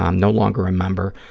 um no longer a member,